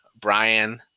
Brian